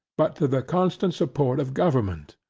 but to the constant support of government.